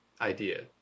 idea